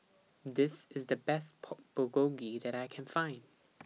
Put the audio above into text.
This IS The Best Pork Bulgogi that I Can Find